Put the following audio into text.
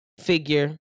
figure